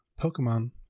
Pokemon